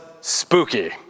spooky